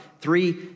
three